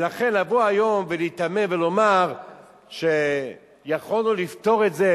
ולכן לבוא היום ולהיתמם ולומר שיכולנו לפתור את זה,